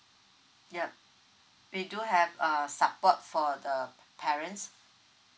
ya we do have uh support for the parents